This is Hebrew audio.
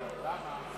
למה?